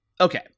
okay